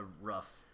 rough